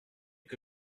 que